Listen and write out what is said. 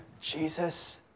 Jesus